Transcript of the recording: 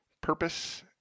Purpose